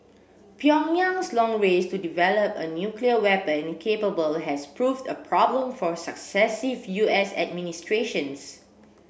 Pyongyang's long race to develop a nuclear weapon capable has proved a problem for successive U S administrations